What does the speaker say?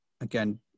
Again